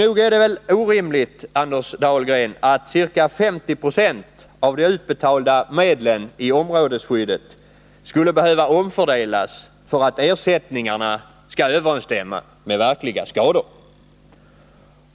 Nog är det väl orimligt, Anders Dahlgren, att ca 50 20 av de utbetalda medlen i områdesskyddet skulle behöva omfördelas för att ersättningarna skall överensstämma med verkliga skador!